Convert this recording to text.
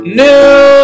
new